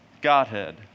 Godhead